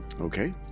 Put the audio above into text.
Okay